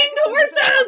horses